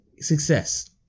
success